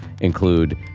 include